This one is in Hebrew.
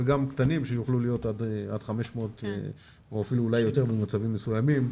וגם קטנים שיוכלו להיות עד 500 או אפילו אולי יותר במצבים מסוימים,